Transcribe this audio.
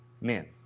men